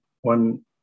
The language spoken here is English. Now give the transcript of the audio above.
one